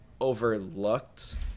overlooked